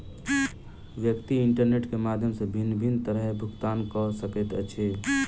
व्यक्ति इंटरनेट के माध्यम सॅ भिन्न भिन्न तरहेँ भुगतान कअ सकैत अछि